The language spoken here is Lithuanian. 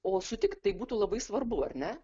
o sutik tai būtų labai svarbu ar ne